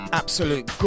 absolute